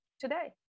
today